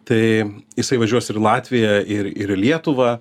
tai jisai važiuos ir į latviją ir ir į lietuvą